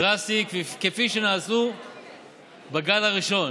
דרסטיים כפי שנעשו בגל הראשון,